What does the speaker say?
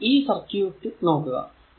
ഇനി ഈ സർക്യൂട് നോക്കുക